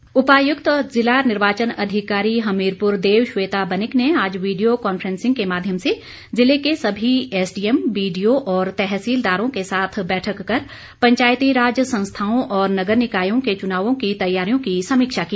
DC Hamirpur उपायुक्त व जिला निर्वाचन अधिकारी हमीरपुर देव शवेता बनिक ने आज वीडियो कांफ्रेसिंग के माध्यम से जिले के सभी एसडीएम बी डीओ और तहसीलदारों के साथ बैठक कर पंचायती राज संस्थाओं और नगर निकायों के चुनावों की तैयारियों की समीक्षा की